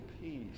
peace